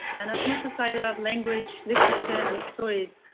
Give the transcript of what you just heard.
and as much as i love language, literature, and stories,